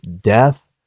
death